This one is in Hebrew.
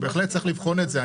בהחלט צריך לבחון את זה.